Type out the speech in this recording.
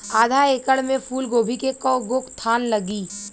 आधा एकड़ में फूलगोभी के कव गो थान लागी?